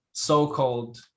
so-called